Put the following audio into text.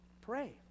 pray